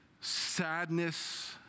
sadness